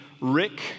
Rick